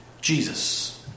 Jesus